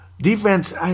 Defense